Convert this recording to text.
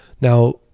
Now